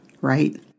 right